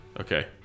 Okay